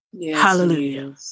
Hallelujah